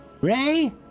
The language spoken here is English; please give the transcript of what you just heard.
Ray